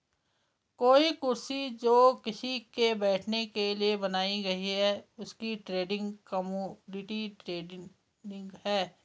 कोई कुर्सी जो किसी के बैठने के लिए बनाई गयी है उसकी ट्रेडिंग कमोडिटी ट्रेडिंग है